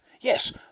Yes